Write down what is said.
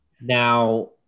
Now